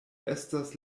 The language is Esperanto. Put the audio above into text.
estas